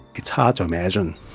it's hard to imagine.